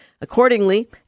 Accordingly